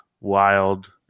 wild